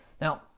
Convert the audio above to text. Now